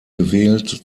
gewählt